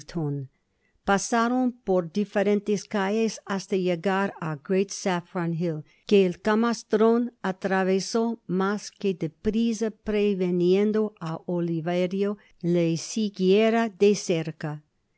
pasaron por diferentes calles hasta llegar á great jafron hille que el camastrón atravesó mas que de prisa previniendo á oliverio le siguiera de cerca